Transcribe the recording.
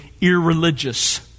irreligious